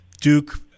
Duke